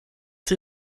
sie